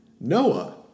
Noah